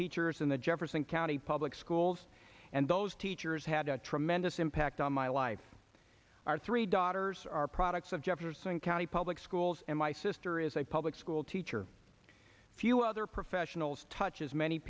teachers in the jefferson county public schools and those teachers had a tremendous impact on my life our three daughters are products of jefferson county public schools and my sister is a public school teacher a few other professionals touch as many